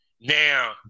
Now